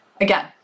Again